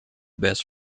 best